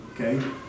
Okay